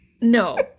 No